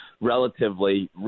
relatively